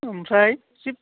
ओमफ्राय